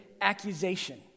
accusation